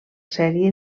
sèrie